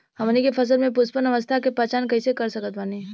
हमनी के फसल में पुष्पन अवस्था के पहचान कइसे कर सकत बानी?